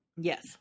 Yes